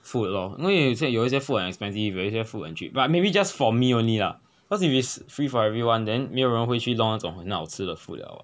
food lor 因为有一些一些 food 很 expensive 有一些 food 很 cheap but maybe just for me only lah cause if it's free for everyone then 没有人会去弄那种很好吃的 food 了